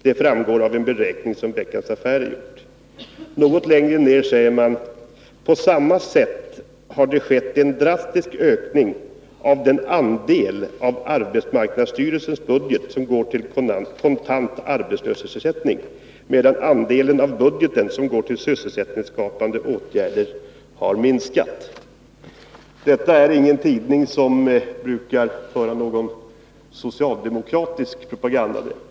Det framgår av beräkningar som Veckans affärer gjort.” Något längre ner säger man: ”På samma sätt har det skett en drastisk ökning av den andel av Arbetsmarknadsstyrelsens budget som går till kontant arbetslöshetsersättning medan andelen av budgeten som går till sysselsättningsskapande åtgärder har minskat.” Detta är ingen tidning som brukar föra någon socialdemokratisk propaganda.